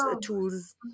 tools